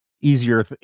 easier